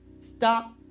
stop